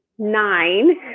nine